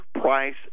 price